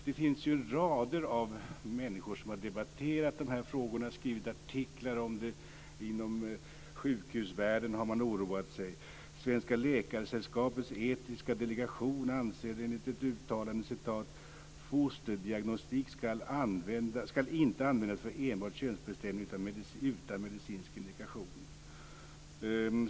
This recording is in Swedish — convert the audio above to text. Det finns rader av människor som har debatterat de här frågorna och skrivit artiklar om dem. Inom sjukhusvärlden har man oroat sig. Svenska läkaresällskapets etiska delegation anser enligt ett uttalande att forsterdiagnostik inte enbart skall användas för könsbestämning utan medicinsk indikation.